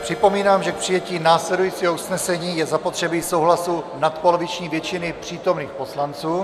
Připomínám, že k přijetí následujícího usnesení je zapotřebí souhlasu nadpoloviční většiny přítomných poslanců.